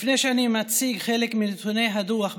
לפני שאני מציג חלק מנתוני הדוח,